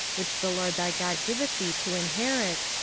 which the lord thy god giveth thee to inherit,